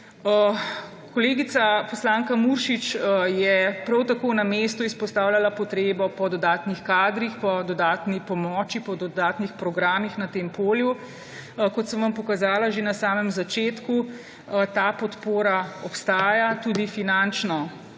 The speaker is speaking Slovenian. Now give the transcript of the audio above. Kolegica poslanka Muršič je prav tako na mestu izpostavljala potrebo po dodatnih kadrih, po dodatni pomoči, po dodatnih programih na tem polju. Kot sem vam pokazala že na samem začetku, ta podpora obstaja, tudi finančno,